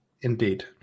indeed